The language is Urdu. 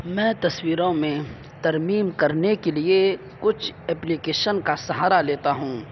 میں تصویروں میں ترمیم کرنے کے لیے کچھ اپلیکیشن کا سہارا لیتا ہوں